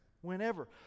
Whenever